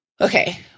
okay